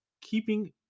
keeping